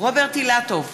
רוברט אילטוב,